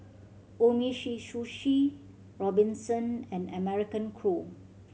Umisushi Robinson and American Crew